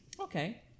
Okay